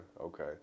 okay